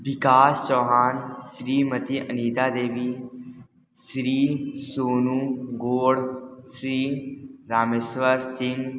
Vikas Chauhan Shrimati Anita Devi Shri Sonu Gaur Shri Rameshwar Singh